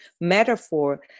metaphor